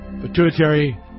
Pituitary